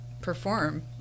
perform